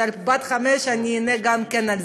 אז עם בת החמש אני איהנה מזה.